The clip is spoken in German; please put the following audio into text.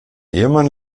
ehemann